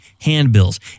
handbills